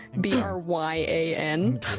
B-R-Y-A-N